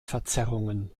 verzerrungen